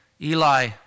Eli